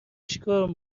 چیکار